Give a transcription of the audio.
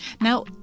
Now